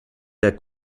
der